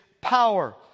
power